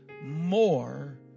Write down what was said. more